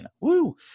woo